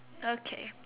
okay